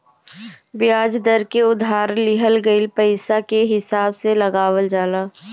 बियाज दर के उधार लिहल गईल पईसा के हिसाब से लगावल जाला